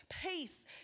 peace